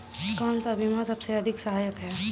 कौन सा बीमा सबसे अधिक सहायक है?